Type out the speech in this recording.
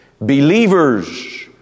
believers